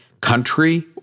country